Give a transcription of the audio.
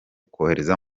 kohereza